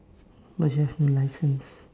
but you have no licence